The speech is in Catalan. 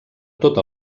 tot